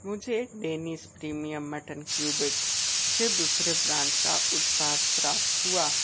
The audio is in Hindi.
मुझे डेनिश प्रीमियम मटन क्यूबक्स के दूसरे ब्रांड का उत्पाद प्राप्त हुआ